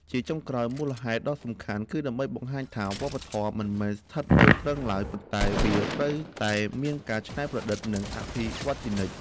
ជាចុងក្រោយ មូលហេតុដ៏សំខាន់គឺដើម្បីបង្ហាញថា វប្បធម៌មិនមែនស្ថិតនៅទ្រឹងឡើយ ប៉ុន្តែវាត្រូវតែមានការច្នៃប្រឌិត និងអភិវឌ្ឍជានិច្ច។